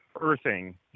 earthing